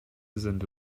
sind